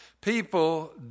People